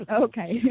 Okay